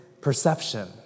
perception